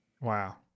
Wow